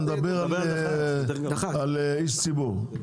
אני מדבר על איש ציבור.